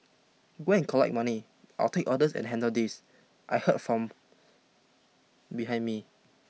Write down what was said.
go and collect money I'll take orders and handle this I heard from behind me